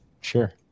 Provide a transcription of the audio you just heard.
Sure